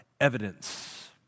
evidence